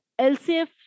lcf